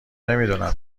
نمیدونم